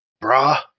Bra